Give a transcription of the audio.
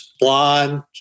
blonde